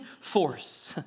force